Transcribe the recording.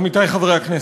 עמיתי חברי הכנסת,